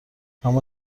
اما